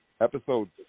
Episode